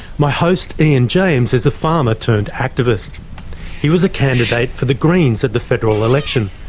my host, ian james, is a farmer-turned-activist. he was a candidate for the greens at the federal election,